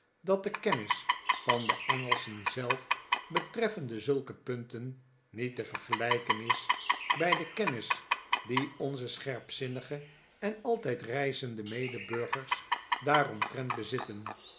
dat de kennis van de engelschen zelf betreffende zulke punten niet te vergelijken is bij de kennis die onze scherpzinnige en altijd reizende medeburgers daaromtrent bezitten